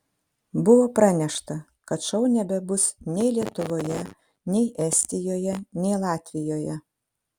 buvo pranešta kad šou nebebus nei lietuvoje nei estijoje nei latvijoje